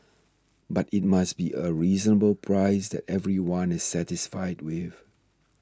but it must be a reasonable price that everyone is satisfied with